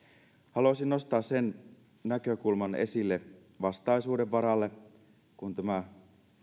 haluaisin nostaa sen näkökulman esille vastaisuuden varalle kun tämä